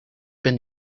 ben